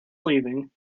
leaving